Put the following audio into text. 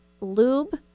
lube